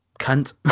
cunt